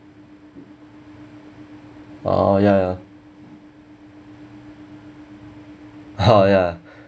oh ya ya oh ya